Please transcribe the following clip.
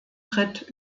tritt